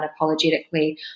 unapologetically